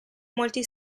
molti